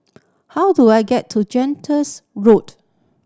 how do I get to Gentles Road